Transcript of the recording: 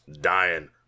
dying